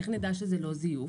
איך נדע שזה לא זיוף